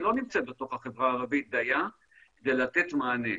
לא נמצאת בתוך החברה הערבית דיה כדי לתת מענה.